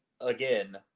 again